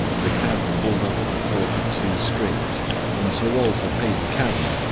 the cab pulled up at the fork of two streets and sir walter paid the cabman,